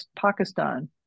Pakistan